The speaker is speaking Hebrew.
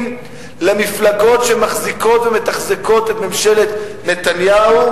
למפלגות שמחזיקות ומתחזקות את ממשלת נתניהו,